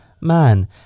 man